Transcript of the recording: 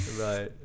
Right